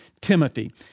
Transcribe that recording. Timothy